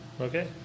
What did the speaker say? Okay